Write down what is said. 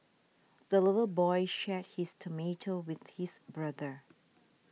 the little boy shared his tomato with his brother